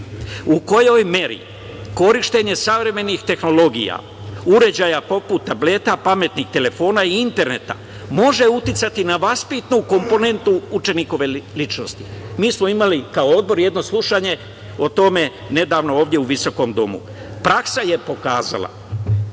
u kojoj meri korišćenje savremenih tehnologija, uređaja poput tableta, pametnih telefona i interneta može uticati na vaspitnu komponentu učenikove ličnosti. Mi smo kao Odbor imali jedno slušanje o tome, nedavno, ovde u visokom domu. Praksa je pokazala